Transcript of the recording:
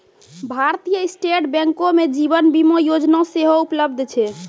भारतीय स्टेट बैंको मे जीवन बीमा योजना सेहो उपलब्ध छै